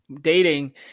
dating